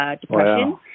depression